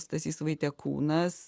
stasys vaitekūnas